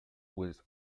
was